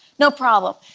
no problem.